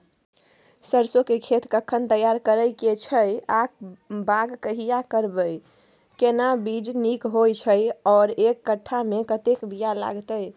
सरसो के खेत कखन तैयार करै के छै आ बाग कहिया करबै, केना बीज नीक होय छै आर एक कट्ठा मे केतना बीया लागतै?